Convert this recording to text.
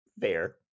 fair